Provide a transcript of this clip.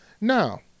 now